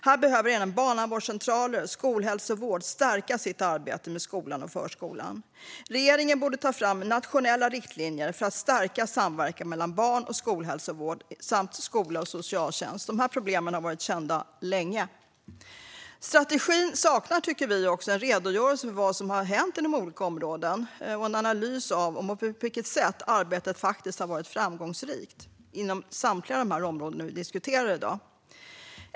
Här behöver barnavårdscentraler och skolhälsovård stärka sitt arbete med skolan och förskolan. Regeringen borde ta fram nationella riktlinjer för att stärka samverkan mellan barn och skolhälsovård samt skola och socialtjänst. Dessa problem har varit kända länge. Vi tycker också att strategin saknar en redogörelse för vad som har hänt inom olika områden och en analys av på vilket sätt arbetet faktiskt har varit framgångsrikt inom samtliga de områden vi diskuterar i dag.